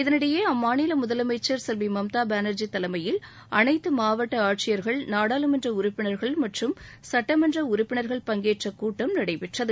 இதனிடையே அம்மாநில முதலமைச்சர் செல்வி மம்தா பேனர்ஜி தலைமையில் அனைத்து மாவட்ட ஆட்சியா்கள் நாடாளுமன்ற உறுப்பினர்கள் மற்றும் சுட்டமன்ற உறுப்பினர்கள் பங்கேற்ற கூட்டம் நடைபெற்றது